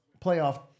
playoff